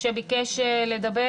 שביקש לדבר.